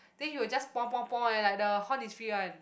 then he will just eh like the horn is free one